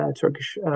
Turkish